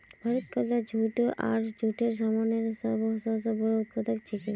भारत कच्चा जूट आर जूटेर सामानेर सब स बोरो उत्पादक छिके